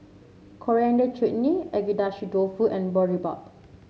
Coriander Chutney Agedashi Dofu and Boribap